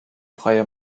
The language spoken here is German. freie